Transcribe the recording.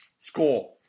Score